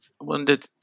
wondered